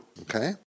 okay